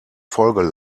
folge